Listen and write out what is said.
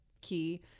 key